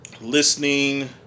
listening